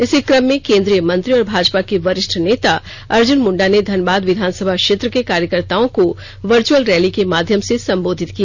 इसी कम में केंद्रीय मंत्री और भाजपा के वरिष्ठ नेता अर्जुन मुंडा ने धनबाद विधानसभा क्षेत्र के कार्यकर्त्ताओं को वर्चुअल रैली के माध्यम से संबोधित किया